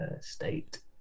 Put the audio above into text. state